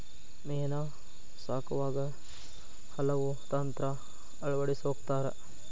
ಮೇನಾ ಸಾಕುವಾಗ ಹಲವು ತಂತ್ರಾ ಅಳವಡಸ್ಕೊತಾರ